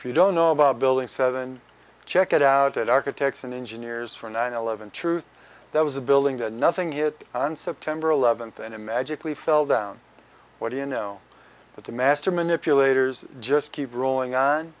if you don't know about building seven check it out it architects and engineers for nine eleven truth that was a building that nothing hit on september eleventh in a magically fell down what do you know that the master manipulators just keep rolling on